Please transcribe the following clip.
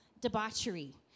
debauchery